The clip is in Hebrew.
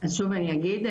אז שוב אני אגיד,